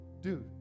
dude